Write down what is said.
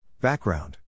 Background